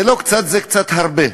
זה לא קצת, זה קצת הרבה,